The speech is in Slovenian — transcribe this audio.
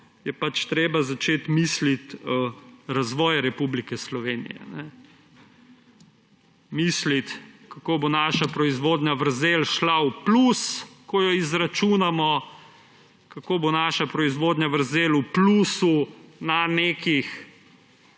Je pač treba začeti misliti razvoj Republike Slovenije, misliti, kako bo naša proizvodna vrzel šla v plus, ko jo izračunamo, kako bo naša proizvodna vrzel v plusu na nekih